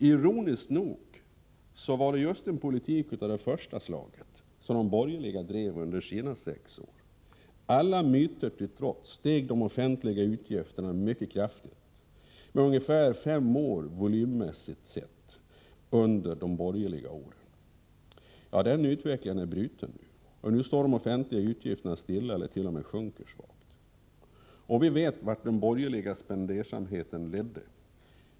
Ironiskt nog var det just en politik av det första slaget som de borgerliga drev under sina sex år. Alla myter till trots steg de offentliga utgifterna mycket kraftigt med ungefär 5 96 i volym om året. Den utvecklingen är nu bruten, och de offentliga utgifterna står stilla eller t.o.m. sjunker svagt. Vi vet vart den borgerliga spendersamheten ledde.